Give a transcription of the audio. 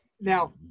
now